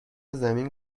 زمین